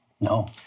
No